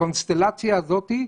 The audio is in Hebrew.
בקונסטלציה הזאת,